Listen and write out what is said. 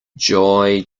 joy